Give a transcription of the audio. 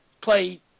Play